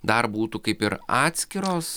dar būtų kaip ir atskiros